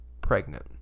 pregnant